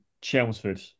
Chelmsford